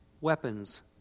weapons